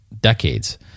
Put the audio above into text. decades